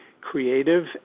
creative